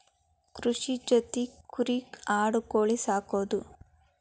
ಕೃಷಿ ಜೊತಿ ಕುರಿ ಆಡು ಕೋಳಿ ಸಾಕುದು